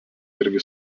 irgi